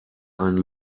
einen